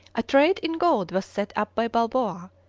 a trade in gold was set up by balboa,